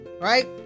right